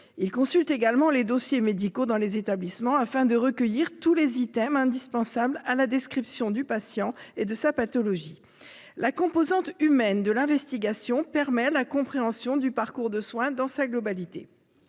Ils consultent également les dossiers médicaux dans les établissements pour recueillir tous les items indispensables à la description du patient et de sa pathologie. La composante humaine de l'investigation permet la compréhension du parcours de soins dans sa globalité.